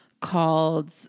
called